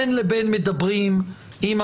בין לבין מדברים עם הממשלה,